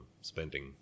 spending